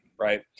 right